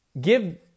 give